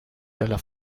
della